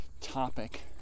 topic